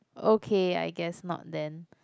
okay I guess not then